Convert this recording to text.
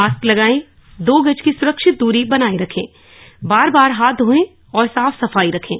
mask लगायें दो गज की सुरक्षित दूरी बनाये रखें बार बार हाथ धोएं और साफ सफाई रखें